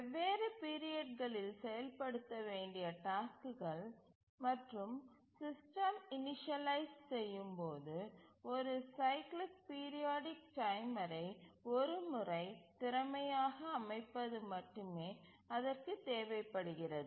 வெவ்வேறு பீரியட்களில் செயல்படுத்த வேண்டிய டாஸ்க்குகள் மற்றும் சிஸ்டம் இணிஷியலைஸ் செய்யும் போது ஒரு சைக்கிளிக் பீரியாடிக் டைமரை ஒரு முறை திறமையாக அமைப்பது மட்டுமே அதற்கு தேவைப்படுகிறது